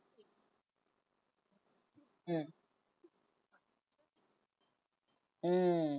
mm mm